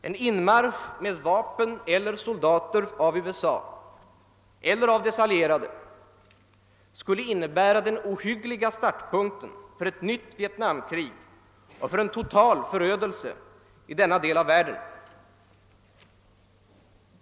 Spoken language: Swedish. En inmarsch med vapen eller soldater av USA — eller dess allierade — skulle innebära den ohyggliga startpunkten för ett nytt Vietnamkrig och för en total förödelse i denna del av världen.